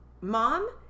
mom